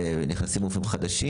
זה נכנסים רופאים חדשים?